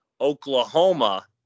oklahoma